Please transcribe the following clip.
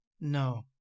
No